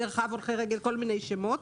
כל מיני שמות,